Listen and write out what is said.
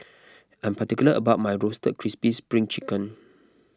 I am particular about my Roasted Crispy Spring Chicken